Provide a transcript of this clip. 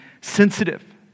sensitive